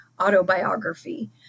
autobiography